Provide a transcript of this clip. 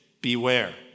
Beware